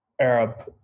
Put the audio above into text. Arab